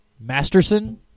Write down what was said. Masterson